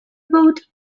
vote